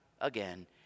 again